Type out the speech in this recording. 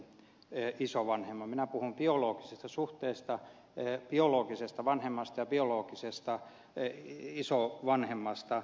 minä puhun biologisesta suhteesta biologisesta vanhemmasta ja biologisesta isovanhemmasta